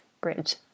bridge